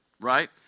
right